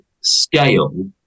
scale